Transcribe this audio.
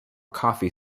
coffee